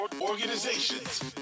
Organizations